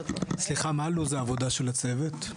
סליחה, מה לו"ז העבודה של הצוות?